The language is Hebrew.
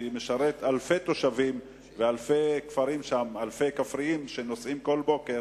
שמשרת אלפי תושבים ואלפי כפריים שנוסעים שם בכל בוקר,